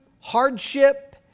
hardship